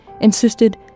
insisted